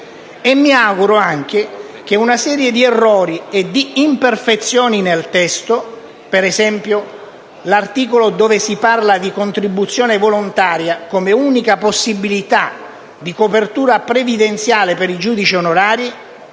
E mi auguro anche che una serie di errori e di imperfezioni nel testo (per esempio, l'articolo dove si parla di contribuzione volontaria come unica possibilità di copertura previdenziale per i giudici onorari)